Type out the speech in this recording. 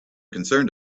concerned